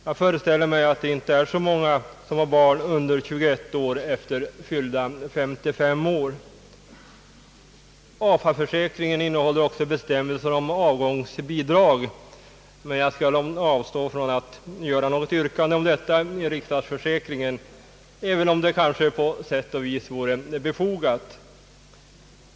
Jag föreställer mig att det inte är så många som efter fyllda 55 år har barn under 21 år. AFA-försäkringen innehåller också bestämmelser om avgångsbidrag, men jag skall avstå från att ställa något yrkande om sådant i riksdagsförsäkringen, även om det kanske på sätt och vis vore befogat.